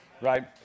right